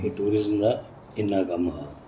एह् टूरिजम दा इन्ना कम्म हा